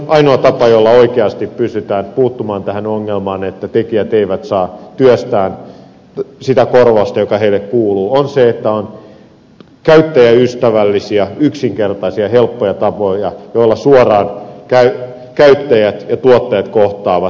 ainoa tapa jolla oikeasti pystytään puuttumaan tähän ongelmaan että tekijät eivät saa työstään sitä korvausta joka heille kuuluu on se että on käyttäjäystävällisiä yksinkertaisia helppoja tapoja joilla suoraan käyttäjät ja tuottajat kohtaavat